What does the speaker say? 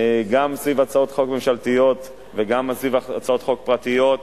גם סביב הצעות חוק ממשלתיות וגם סביב הצעות חוק פרטיות.